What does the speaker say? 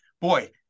boy